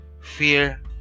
fear